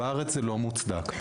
בארץ זה לא מוצדק.